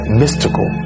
mystical